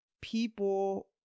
people